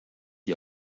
die